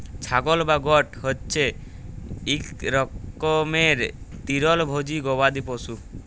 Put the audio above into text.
ছাগল বা গট হছে ইক রকমের তিরলভোজী গবাদি পশু